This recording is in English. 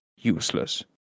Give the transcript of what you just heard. useless